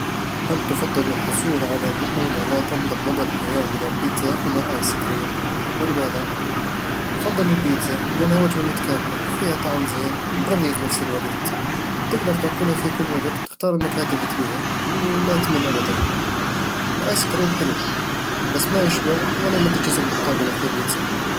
هل تفضل الحصول على مؤونة لا تنضب مدى الحياة من البيتزا أم الآيس كريم؟ ولماذا؟ بفضّل البيتزا، لأنها وجبة متكاملة فيها طعم زين ومغذية في نفس الوقت تقدر تأكلها في كل وقت وتختار النكهات اللي تبيها، ولا تُمل أبدًا الآيس كريم حلو، بس ما يشبع ولا يمدّ الجسم بالطاقة مثل البيتزا